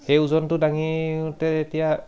সেই ওজনটো দাঙিওতে এতিয়া